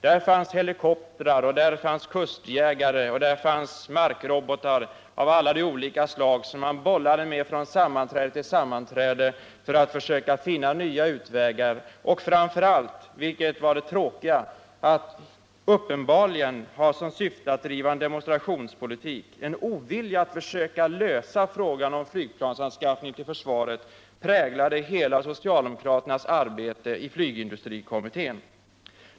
Det fanns helikoptrar, kustjagare, markrobotar av olika slag som man bollade med från sammanträde till sammanträde för att försöka finna nya utvägar och uppenbarligen för att framför allt — vilket var det tråkiga — driva en demonstrationspolitik. En ovilja att försöka lösa frågan om flygplansanskaffning till försvaret präglade socialdemokraternas hela arbete i flygindustrikommittén.